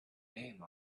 name